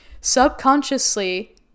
Subconsciously